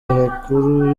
abakuru